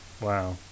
Wow